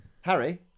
Harry